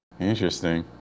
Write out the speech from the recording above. Interesting